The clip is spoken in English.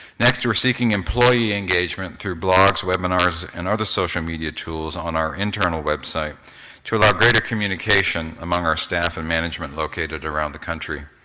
next, we're seeking employee engagement through blogs, webinars, and other social media tools on our internal website to allow greater communication among our staff and management located around the country.